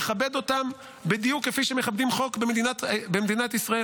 לכבד אותם בדיוק כפי שמכבדים חוק במדינת ישראל.